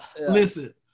Listen